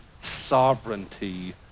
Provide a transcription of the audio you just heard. sovereignty